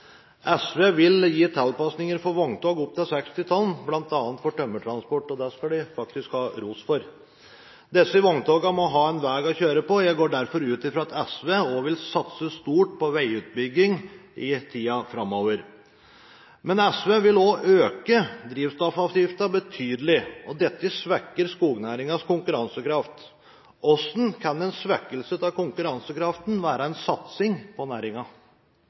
SV vil gi tilpasninger for vogntog opp til 60 tonn, bl.a. for tømmertransporten, og det skal de faktisk ha ros for. Disse vogntogene må ha en vei å kjøre på. Jeg går derfor ut fra at SV òg vil satse stort på veiutbygging i tida framover. Men SV vil også øke drivstoffavgiften betydelig, og dette svekker skognæringens konkurransekraft. Hvordan kan en svekkelse av konkurransekraften være en satsing på